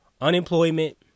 Unemployment